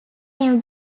new